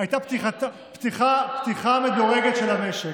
הייתה פתיחה מדורגת של המשק,